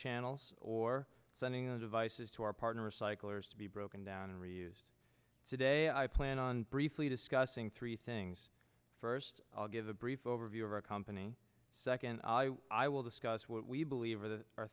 channels or sending those devices to our partner recyclers to be broken down and reuse today i plan on briefly discussing three things first i'll give a brief overview of our company second i i will discuss what we believe are the